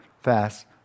fast